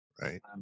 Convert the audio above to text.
right